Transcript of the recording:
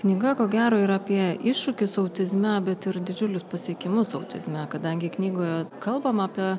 knyga ko gero yra apie iššūkius autizme bet ir didžiulius pasiekimus autizme kadangi knygoje kalbama apie